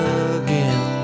again